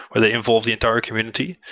where they involve the entire community.